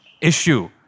Issue